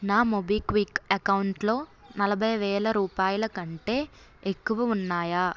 నా మోబిక్విక్ అకౌంట్లో నలభై వేల రూపాయలకంటే ఎక్కువ ఉన్నాయా